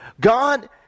God